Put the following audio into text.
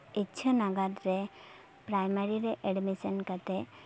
ᱤᱪᱪᱷᱟᱹ ᱱᱟᱜᱟᱫ ᱨᱮ ᱯᱨᱟᱭᱢᱟᱨᱤ ᱨᱮ ᱮᱰᱢᱤᱥᱮᱱ ᱠᱟᱛᱮ